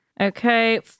Okay